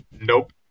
Nope